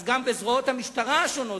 גם בזרועות המשטרה השונות,